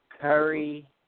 Curry